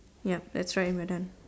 yup that's right we are done